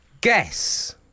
Guess